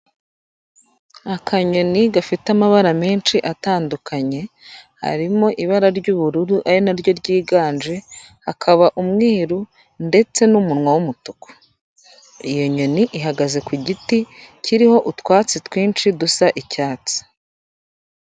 Akanyoni gafite amabara menshi atandukanye harimo ibara ry'ubururu ari na ryo ryiganje, hakaba umweru ndetse n'umunwa w'umutuku, iyo nyoni ihagaze ku giti kiriho utwatsi twinshi dusa icyatsi.